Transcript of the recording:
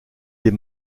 les